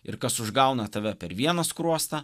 ir kas užgauna tave per vieną skruostą